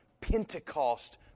Pentecost